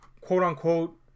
quote-unquote